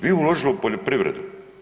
Vi uložili u poljoprivredu?